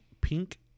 Pink